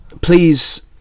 Please